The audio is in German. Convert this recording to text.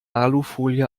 alufolie